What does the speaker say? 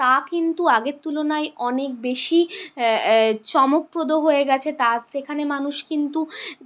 তা কিন্তু আগের তুলনায় অনেক বেশি চমকপ্রদ হয়ে গেছে তা সেখানে মানুষ কিন্তু